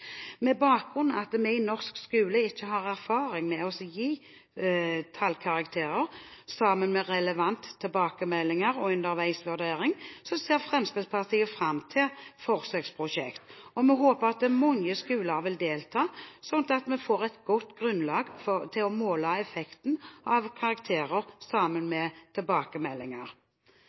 Med bakgrunn i at vi i norsk skole ikke har erfaring med å gi tallkarakterer sammen med relevante tilbakemeldinger og underveisvurdering, ser Fremskrittspartiet fram til forsøksprosjektet, og vi håper at mange skoler vil delta, slik at vi får et godt grunnlag for å måle effekten av karakterer sammen med tilbakemeldinger.